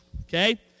Okay